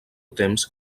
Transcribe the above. temps